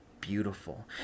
beautiful